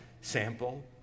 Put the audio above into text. sample